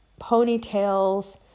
ponytails